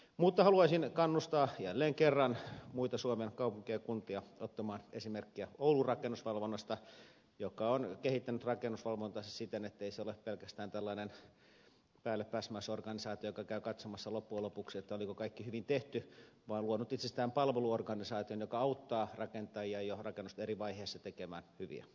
mutta haluaisin kannustaa jälleen kerran muita suomen kaupunkeja ja kuntia ottamaan esimerkkiä oulun rakennusvalvonnasta joka on kehittänyt rakennusvalvontaansa siten ettei se ole pelkästään tällainen päällepäsmäysorganisaatio joka käy katsomassa loppujen lopuksi oliko kaikki hyvin tehty vaan se on luonut itsestään palveluorganisaation joka auttaa rakentajia jo rakennuksen eri vaiheissa tekemään hyviä taloja